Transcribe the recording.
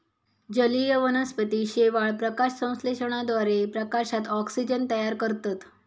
जलीय वनस्पती शेवाळ, प्रकाशसंश्लेषणाद्वारे प्रकाशात ऑक्सिजन तयार करतत